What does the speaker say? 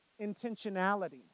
intentionality